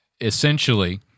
essentially